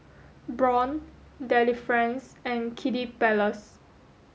Braun Delifrance and Kiddy Palace